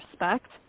respect